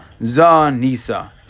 Zanisa